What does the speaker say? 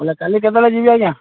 ହେଲେ କାଲି କେତେବେଳେ ଯିବି ଆଜ୍ଞା